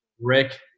Rick